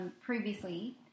previously